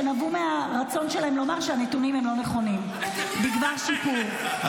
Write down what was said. שנבעו מהרצון שלהם לומר שהנתונים בדבר שיפור הם לא נכונים.